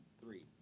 three